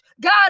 God